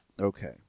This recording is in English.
Okay